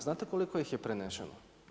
Znate koliko ih je prenešeno?